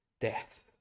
death